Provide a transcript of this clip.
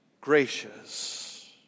gracious